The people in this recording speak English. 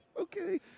Okay